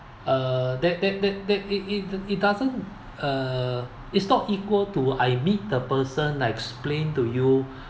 uh that that that that it it it doesn't uh it's not equal to I meet the person I explain to you